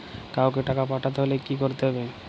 কাওকে টাকা পাঠাতে হলে কি করতে হবে?